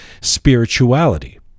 spirituality